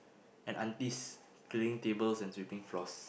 and aunties cleaning tables and sweeping floors